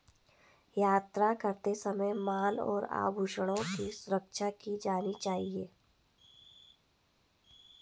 यात्रा करते समय माल और आभूषणों की सुरक्षा की जानी चाहिए